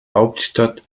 hauptstadt